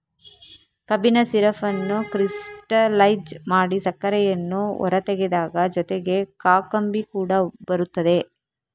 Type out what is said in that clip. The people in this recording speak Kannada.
ಕಬ್ಬಿನ ಸಿರಪ್ ಅನ್ನು ಕ್ರಿಸ್ಟಲೈಜ್ ಮಾಡಿ ಸಕ್ಕರೆಯನ್ನು ಹೊರತೆಗೆದಾಗ ಜೊತೆಗೆ ಕಾಕಂಬಿ ಕೂಡ ಬರುತ್ತದೆ